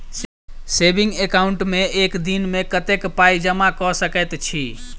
Saving account मे एक दिनमे कतेक पाई जमा कऽ सकैत छी?